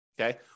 okay